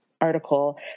article